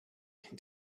can